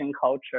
culture